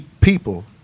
people